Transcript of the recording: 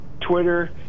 Twitter